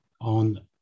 on